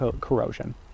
corrosion